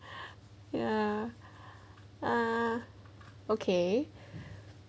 ya ah okay